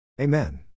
Amen